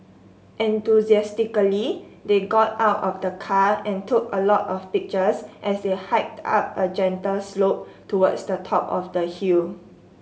enthusiastically they got out of the car and took a lot of pictures as they hiked up a gentle slope towards the top of the hill